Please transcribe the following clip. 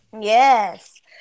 Yes